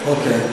אוקיי.